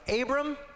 Abram